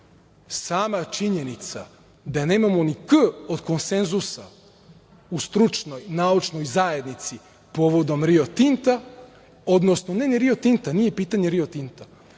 činjenica da nemamo ni „k“ od konsenzusa u stručnoj naučnoj zajednici povodom Rio Tinta, odnosno ne ni Rio Tinta,